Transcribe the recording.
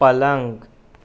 پلنگ